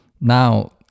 Now